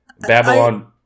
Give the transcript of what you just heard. Babylon